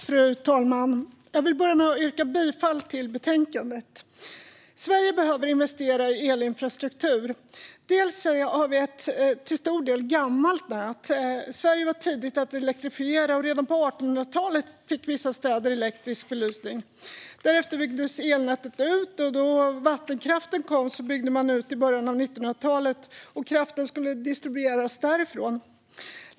Fru talman! Jag vill börja med att yrka bifall till förslaget i betänkandet. Sverige behöver investera i elinfrastruktur. Vi har ett till stor del gammalt nät. Sverige var tidigt ute med att elektrifiera, och redan på 1800-talet fick vissa städer elektrisk belysning. Därefter byggdes elnätet ut då vattenkraften byggdes ut i början av 1900-talet och kraften skulle distribueras därifrån.